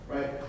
Right